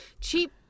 Cheap